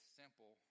simple